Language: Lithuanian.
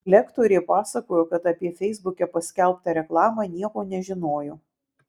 lektorė pasakojo kad apie feisbuke paskelbtą reklamą nieko nežinojo